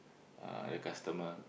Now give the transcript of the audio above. uh the customer